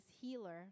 healer